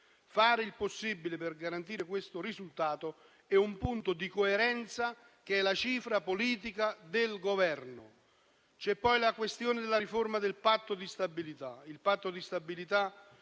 Fare il possibile per garantire questo risultato è un punto di coerenza che è la cifra politica del Governo. C'è poi la questione della riforma del Patto di stabilità,